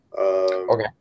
Okay